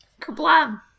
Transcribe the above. Kablam